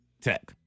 Tech